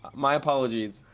my apologies.